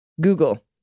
Google